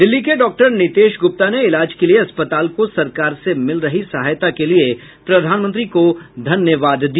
दिल्ली के डॉक्टर नीतेश गुप्ता ने इलाज के लिए अस्पताल को सरकार से मिल रही सहायता के लिए प्रधानमंत्री को धन्यवाद दिया